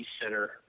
Center